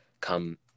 come